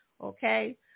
okay